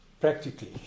practically